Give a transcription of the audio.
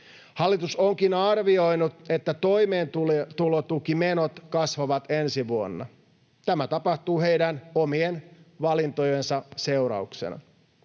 Hallitus onkin arvioinut, että toimeentulotukimenot kasvavat ensi vuonna. Tämä tapahtuu heidän omien valintojensa seurauksena.